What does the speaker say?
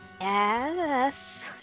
Yes